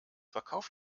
verkauft